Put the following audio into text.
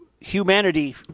humanity